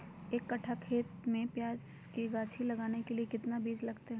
एक कट्ठा खेत में प्याज के गाछी लगाना के लिए कितना बिज लगतय?